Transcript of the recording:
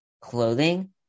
clothing